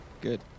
Good